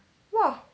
!wah!